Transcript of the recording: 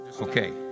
Okay